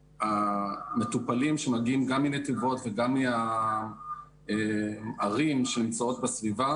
המטופלים שמגיעים גם מנתיבות וגם הערים שנמצאות בסביבה.